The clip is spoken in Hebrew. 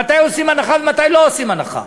מתי עושים הנחה ומתי לא עושים הנחה.